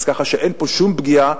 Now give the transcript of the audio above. ככה שאין פה שום פגיעה.